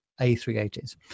A380s